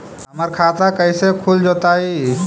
हमर खाता कैसे खुल जोताई?